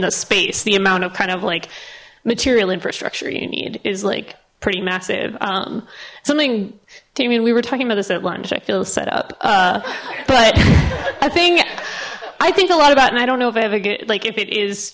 the space the amount of kind of like material infrastructure you need is like pretty massive something dameon we were talking about this at lunch i feel set up but i think i think a lot about and i don't know if i have a gate like if it is